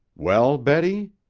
well, betty?